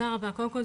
קודם כל,